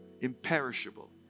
imperishable